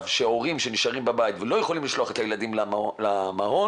שהורים שנשארים בבית ולא יכולים לשלוח את הילדים למעון